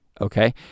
okay